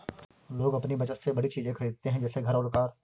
लोग अपनी बचत से बड़ी चीज़े खरीदते है जैसे घर और कार